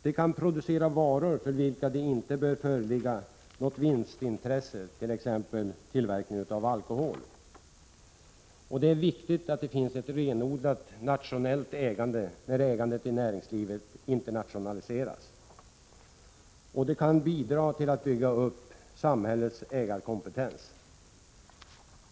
& De kan producera varor för vilka det inte bör föreligga något vinstintresse, t.ex. tillverkning av alkohol. « Det är viktigt att det finns ett renodlat nationellt ägande när ägandet i näringslivet internationaliseras. & De kan bidra till att bygga upp samhällets ägarkompetens.